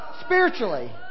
spiritually